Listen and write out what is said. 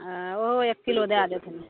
हँ ओहो एक किलो दै देथिन